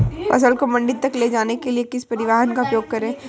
फसल को मंडी तक ले जाने के लिए किस परिवहन का उपयोग करें?